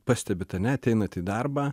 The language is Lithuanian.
pastebit ane ateinat į darbą